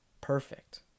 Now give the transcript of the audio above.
perfect